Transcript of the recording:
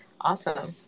Awesome